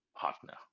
partner